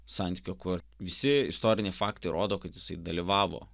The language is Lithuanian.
santykio kur visi istoriniai faktai rodo kad jisai dalyvavo